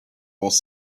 was